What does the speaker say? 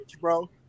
bro